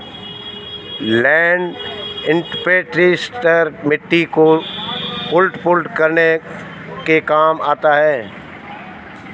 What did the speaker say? land imprinter मिट्टी को उलट पुलट करने के काम आता है